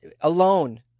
alone